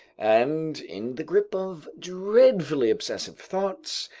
and in the grip of dreadfully obsessive thoughts,